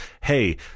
hey